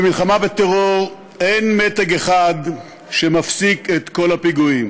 במלחמה בטרור אין מתג אחד שמפסיק את כל הפיגועים.